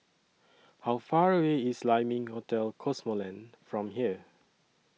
How Far away IS Lai Ming Hotel Cosmoland from here